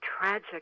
tragic